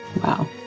Wow